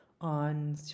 on